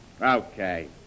Okay